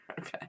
Okay